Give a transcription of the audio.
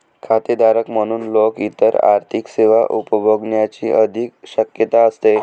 खातेधारक म्हणून लोक इतर आर्थिक सेवा उपभोगण्याची अधिक शक्यता असते